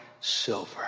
silver